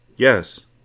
Yes